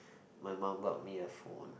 my mum bought me a phone